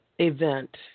event